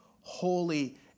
holy